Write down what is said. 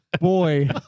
Boy